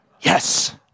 Yes